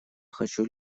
хочу